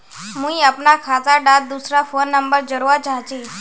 मुई अपना खाता डात दूसरा फोन नंबर जोड़वा चाहची?